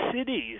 cities